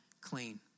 clean